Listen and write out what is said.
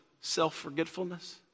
self-forgetfulness